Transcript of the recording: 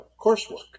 coursework